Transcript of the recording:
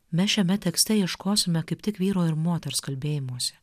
mes šiame tekste ieškosime kaip tik vyro ir moters kalbėjimuose